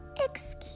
Excuse